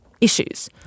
issues